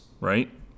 Right